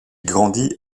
grandit